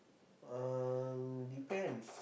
um depends